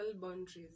boundaries